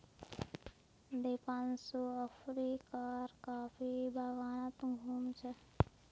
दीपांशु अफ्रीकार कॉफी बागानत घूम छ